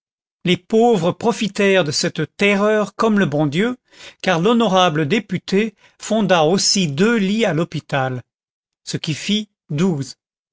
les pauvres profitèrent de cette terreur comme le bon dieu car l'honorable député fonda aussi deux lits à l'hôpital ce qui fit douze